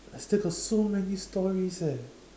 I still got so many stories eh